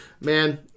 man